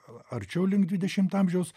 arčiau link dvidešimto amžiaus